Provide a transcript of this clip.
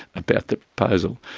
about that proposal,